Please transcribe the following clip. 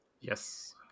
Yes